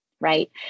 right